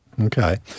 Okay